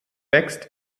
wächst